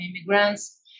immigrants